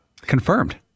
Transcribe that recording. Confirmed